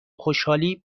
خوشحالی